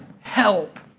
help